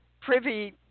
privy